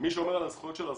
מי שומר על הזכויות של הזוכים?